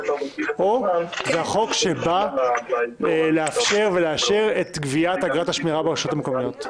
או שזה החוק שבא לאפשר ולאשר את גביית אגרת השמירה ברשויות המקומיות?